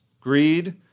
greed